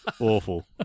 Awful